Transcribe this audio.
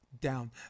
down